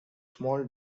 small